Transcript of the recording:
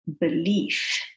belief